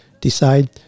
decide